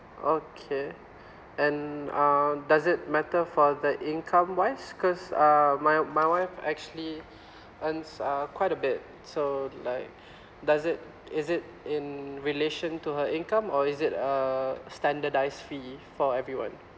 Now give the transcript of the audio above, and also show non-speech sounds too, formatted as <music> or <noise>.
okay <breath> and uh does it matter for the income wise because uh my my wife actually <breath> uns~ uh quite a bit so like <breath> does it is it in relation to her income or is it uh standardise fee for everyone